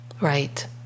Right